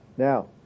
Now